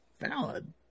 valid